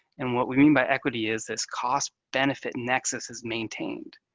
and what we mean by equity is this cost-benefit nexus is maintained.